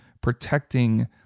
protecting